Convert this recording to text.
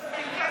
של נתניהו,